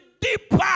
deeper